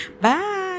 bye